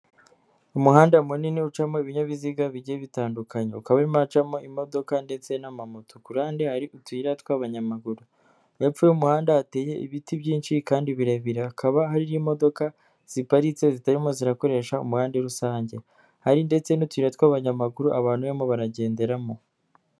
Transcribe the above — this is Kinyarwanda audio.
Umuhanda munini ucamo ibinyabiziga bigiye bitandukanye; ukaba urimo uracamo imodoka ndetse n'ama moto, kurande hari utuyira tw'abanyamaguru hepfo y'umuhanda hateye ibiti byinshi kandi birebire, hakaba hari n'imodoka ziparitse zitarimo zirakoresha umuhanda rusange, hari ndetse n'utuyira tw'abanyamaguru abantu barimo baragenderamo.